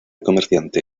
comerciante